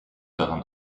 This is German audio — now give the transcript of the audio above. daran